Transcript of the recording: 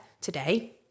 today